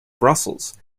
brussels